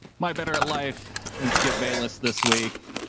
my better life than skip bayless this week,